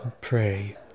Pray